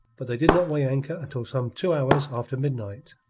but they did not weigh anchor until some two hours after midnight.